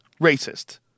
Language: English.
racist